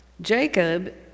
Jacob